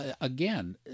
again